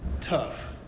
tough